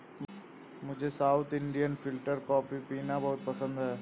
मुझे south Indian filter coffee पीना बहुत पसंद है